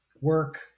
work